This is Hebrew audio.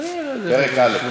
פרק א'.